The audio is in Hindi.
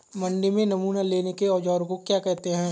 मंडी में नमूना लेने के औज़ार को क्या कहते हैं?